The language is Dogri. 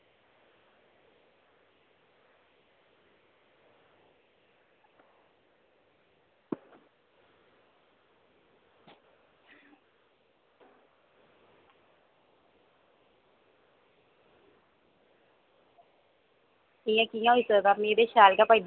इ'यां कि'यां होई सकदा ते इ'नें शैल गै पाई दित्ते ते